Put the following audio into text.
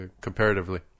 comparatively